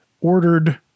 ordered